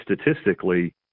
statistically